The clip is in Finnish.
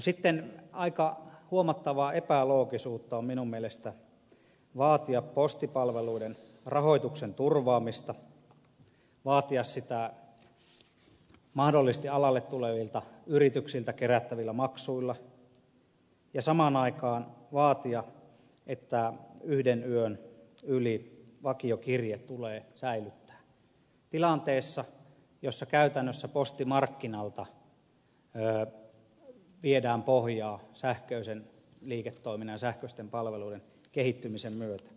sitten aika huomattavaa epäloogisuutta on minun mielestäni vaatia postipalveluiden rahoituksen turvaamista vaatia sitä mahdollisesti alalle tulevilta yrityksiltä kerättävillä maksuilla ja samaan aikaan vaatia että yhden yön yli vakiokirje tulee säilyttää tilanteessa jossa käytännössä postimarkkinalta viedään pohjaa sähköisen liiketoiminnan ja sähköisten palveluiden kehittymisen myötä